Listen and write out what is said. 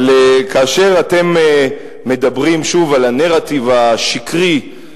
אבל כאשר אתם מדברים שוב על הנרטיב השקרי,